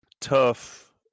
tough